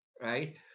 right